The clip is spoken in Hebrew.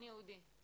ייעודי.